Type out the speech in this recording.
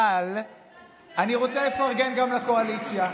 אני רוצה לפרגן גם לקואליציה.